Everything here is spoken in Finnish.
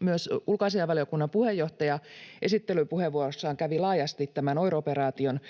Myös ulkoasiainvaliokunnan puheenjohtaja esittelypuheenvuorossaan kävi laajasti läpi tämän OIR-operaation